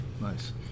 Nice